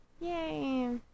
Yay